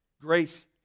Grace